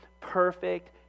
perfect